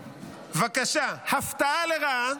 בבקשה, הפתעה לרעה,